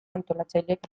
antolatzaileek